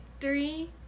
three